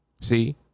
See